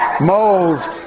moles